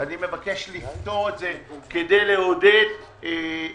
אני מבקש לפטור את זה כדי לעודד את ההנפקות.